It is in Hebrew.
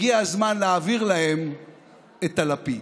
הגיע הזמן להעביר להם את הלפיד.